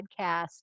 podcast